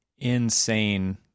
Insane